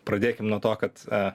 pradėkim nuo to kad a